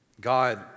God